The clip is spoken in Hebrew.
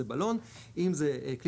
אם זה בלון,